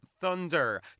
thunder